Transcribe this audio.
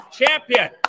champion